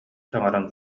саҥаран